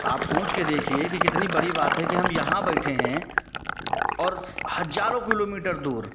आप सोच कर देखिए कि कितनी बड़ी बात है कि यहाँ बैठे हैं और हज़ारों किलोमीटर दूर